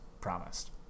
promised